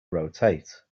rotate